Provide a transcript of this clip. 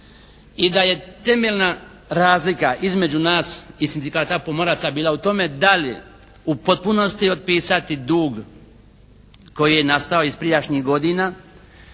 i da je temeljna razlika između nas i Sindikata pomoraca bila u tome da li u potpunosti otpisati dug koji je nastao iz prijašnjih godina